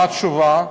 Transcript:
מה התשובה?